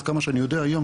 עד כמה שאני יודע היום,